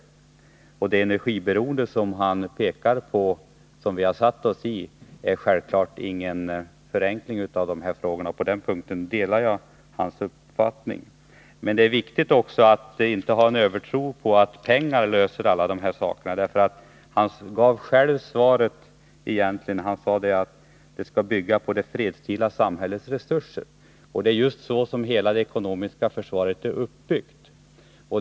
Det läge med energiberoende som vi har försatt oss i, som Hans Petersson pekade på, innebär självfallet inte någon förenkling av de här frågorna. På den punkten delar jag hans uppfattning. Men det är också viktigt att inte ha en övertro på att pengar löser alla dessa problem. Hans Petersson gav själv förklaringen till det, när han sade att försörjningsförmågan skall bygga på det fredstida samhällets resurser. Och det är just så som hela det ekonomiska försvaret är uppbyggt.